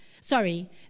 Sorry